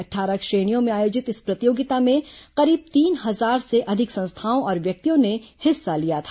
अट्ठारह श्रेणियों में आयोजित इस प्रतियोगिता में करीब तीन हजार से ज्यादा संस्थाओं और व्यक्तियों ने हिस्सा लिया था